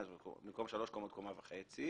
שנתת במקום שלוש קומות קומה וחצי,